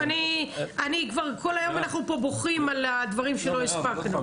כל היום אנחנו פה בוכים על הדברים שלא הספקנו.